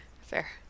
Fair